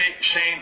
Shane